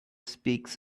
speaks